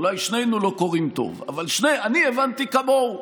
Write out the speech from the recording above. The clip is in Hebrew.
אולי שנינו לא קוראים טוב, אבל אני הבנתי כמוהו,